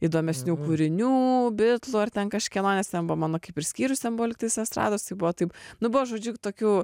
įdomesnių kūrinių bitlų ar ten kažkieno nes ten buvo mano kaip ir skyrius ten buvo lygtais estrados tai buvo taip nu buvo žodžiu tokių